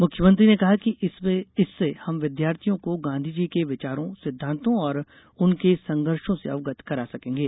मुख्यमंत्री ने कहा कि इससे हम विद्यार्थियों को गांधी के विचारों सिद्धांतों और उनके संघर्षों से अवगत करा सकेगें